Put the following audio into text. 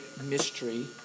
mystery